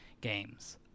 games